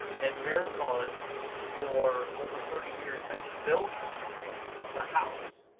and marathon for over thirty years has built the house,